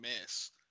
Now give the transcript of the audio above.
miss